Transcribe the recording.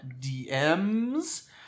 DMs